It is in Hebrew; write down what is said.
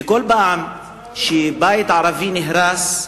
בכל פעם שבית ערבי נהרס,